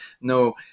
No